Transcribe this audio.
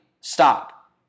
stop